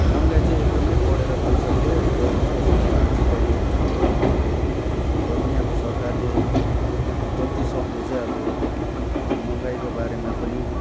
महँगाई चै एकदमै बढेर गइसक्यो र यसको समाधान चाहिँ कहिले हुने हो र पनि अब सरकारले जतिसक्दो चाहिँ अब यो महँगाईको बारेमा पनि